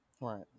Right